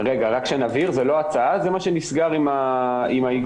רק להבהיר, זו לא הצעה, זה מה שנסגר עם האיגוד.